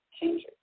changes